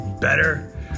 Better